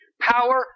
power